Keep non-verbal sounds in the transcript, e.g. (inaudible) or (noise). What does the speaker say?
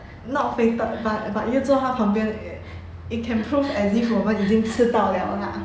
(laughs)